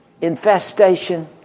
infestation